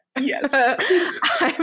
Yes